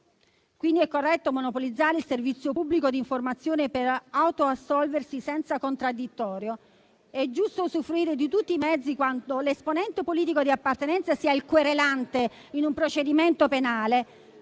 quindi corretto monopolizzare il servizio pubblico d'informazione per autoassolversi senza contraddittorio; è giusto usufruire di tutti i mezzi quando l'esponente politico di appartenenza sia il querelante in un procedimento penale,